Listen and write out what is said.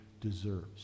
deserves